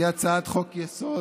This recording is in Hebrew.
כי הצעת חוק-יסוד: